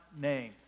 name